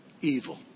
evil